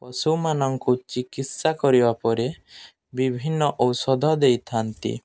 ପଶୁମାନଙ୍କୁ ଚିକିତ୍ସା କରିବା ପରେ ବିଭିନ୍ନ ଔଷଧ ଦେଇଥାନ୍ତି